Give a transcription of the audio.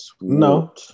No